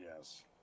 yes